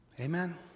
Amen